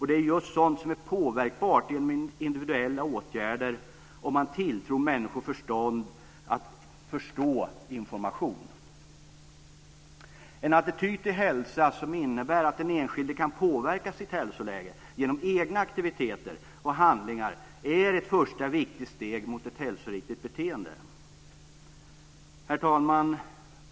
Det är just sådant som är påverkbart genom individuella åtgärder, om man tilltror människor förstånd att förstå information. En attityd till hälsa som innebär att den enskilde kan påverka sitt hälsoläge genom egna aktiviteter och handlingar är ett första viktigt steg mot ett hälsoriktigt beteende. Herr talman!